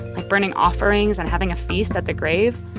like burning offerings and having a feast at the grave,